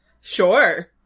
Sure